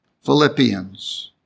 Philippians